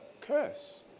curse